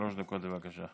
שלוש דקות, בבקשה.